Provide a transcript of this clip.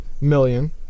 million